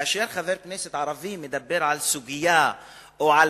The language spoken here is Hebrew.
שכאשר חבר כנסת ערבי מדבר על סוגיה או על